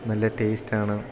നല്ല ടേസ്റ്റാണ്